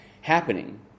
happening